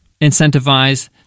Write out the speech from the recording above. incentivize